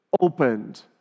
opened